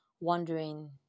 wondering